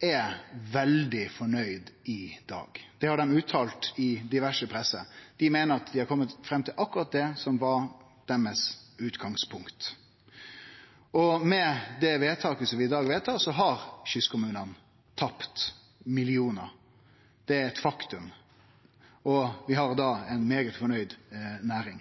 er veldig fornøgde i dag, det har dei uttala i diverse presse. Dei meiner dei har kome fram til akkurat det som var deira utgangspunkt. Med det vedtaket vi gjer i dag, har kystkommunane tapt millionar, det er eit faktum. Vi har ei særs fornøgd næring.